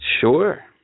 Sure